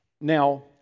Now